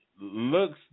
looks